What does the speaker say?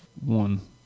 one